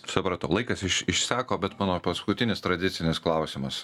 supratau laikas iš išseko bet mano paskutinis tradicinis klausimas